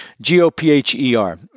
G-O-P-H-E-R